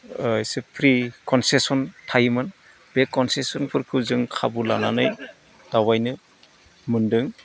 एसे free concession थायोमोन बे खनसेसनफोरखौ जों खाबु लानानै दावबायनो मोनदों